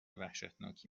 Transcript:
وحشتناکی